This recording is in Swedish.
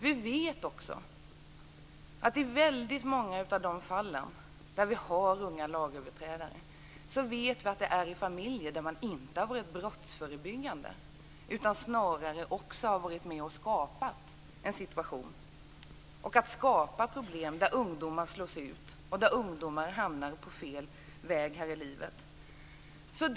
Vi vet också att det i väldigt många fall med unga lagöverträdare är fråga om familjer som inte har varit brottsförebyggande, utan snarare har varit med och skapat situationer och skapat problem där ungdomar slås ut och hamnar på fel väg här i livet.